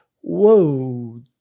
whoa